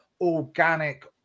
organic